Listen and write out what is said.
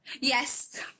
Yes